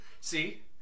See